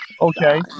Okay